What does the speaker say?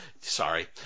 sorry